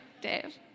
Dave